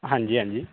ਹਾਂਜੀ ਹਾਂਜੀ